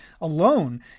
alone